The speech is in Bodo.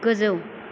गोजौ